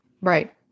Right